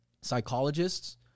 psychologists